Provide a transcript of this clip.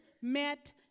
met